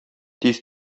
тиз